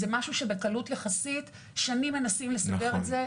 זה משהו שבקלות יחסית שנים מנסים לסדר את זה,